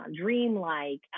dreamlike